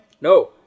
No